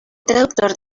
traductor